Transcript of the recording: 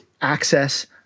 access